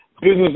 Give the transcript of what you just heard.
business